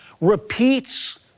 repeats